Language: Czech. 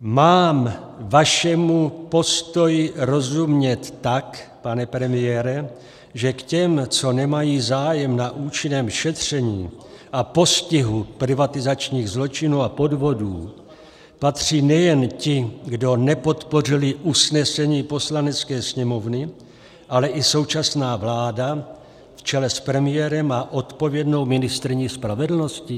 mám vašemu postoji rozumět tak, pane premiére, že k těm, co nemají zájem na účinném šetření a postihu privatizačních zločinů a podvodů, patří nejen ti, kdo nepodpořili usnesení Poslanecké sněmovny, ale i současná vláda v čele s premiérem a odpovědnou ministryní spravedlnosti?